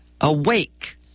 awake